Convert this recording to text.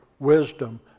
wisdom